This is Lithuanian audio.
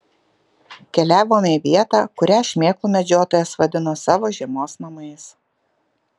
keliavome į vietą kurią šmėklų medžiotojas vadino savo žiemos namais